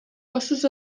cossos